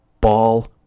ball